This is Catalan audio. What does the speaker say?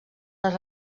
les